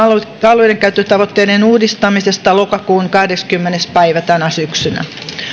alueidenkäyttötavoitteiden uudistamisesta lokakuun kahdeskymmenes päivä tänä syksynä